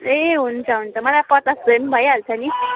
ए हुन्छ हुन्छ मलाई पचास भए पनि भइहाल्छ नि